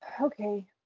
Okay